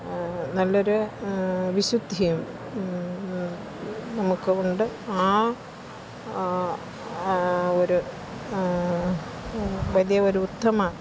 നല്ലൊരു വിശുദ്ധിയും നമുക്ക് ഉണ്ട് ആ ഒരു വലിയ ഒരു ഉത്തമ